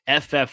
FF